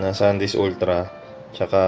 ah sandisk ultra